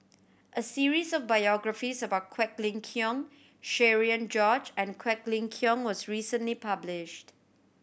a series of biographies about Quek Ling Kiong Cherian George and Quek Ling Kiong was recently published